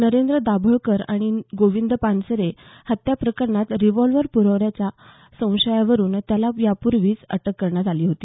नरेंद्र दाभोलकर आणि गोविंद पानसरे हत्या प्रकरणात रिव्हॉल्वर प्रवल्याच्या संशयावरून त्याला याप्र्वीही अटक झाली होती